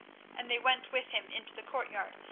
and they went with him into the courtyard,